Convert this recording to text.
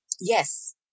Yes